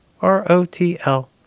R-O-T-L